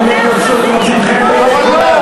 אדוני, אבל זה שקר.